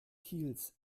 kiels